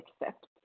accept